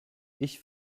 ich